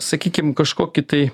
sakykim kažkokį tai